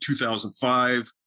2005